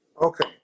Okay